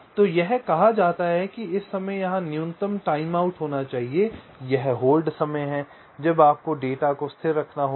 तो यह कहा जाता है कि इस समय यहां न्यूनतम टाइमआउट होना चाहिए यह होल्ड समय है जब आपको डेटा को स्थिर रखना होगा